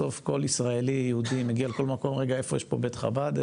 בסוף כל ישראלי יהודי מגיע לכל מקום רגע איפה יש פה בית חב"ד?